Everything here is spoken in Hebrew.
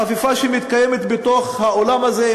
חפיפה שמתקיימת בתוך האולם הזה,